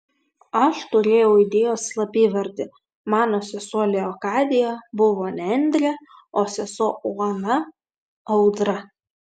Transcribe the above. aš turėjau idėjos slapyvardį mano sesuo leokadija buvo nendrė o sesuo ona audra